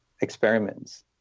experiments